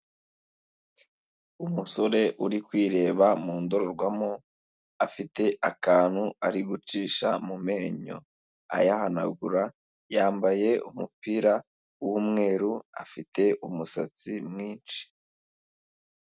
Umusore uri kwireba mu ndorerwamo afite akantu ari gucisha mu menyo ayahanagura yambaye umupira wmweru afite umusatsi mwinshi.